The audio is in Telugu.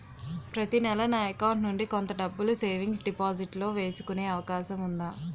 ప్రతి నెల నా అకౌంట్ నుండి కొంత డబ్బులు సేవింగ్స్ డెపోసిట్ లో వేసుకునే అవకాశం ఉందా?